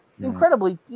incredibly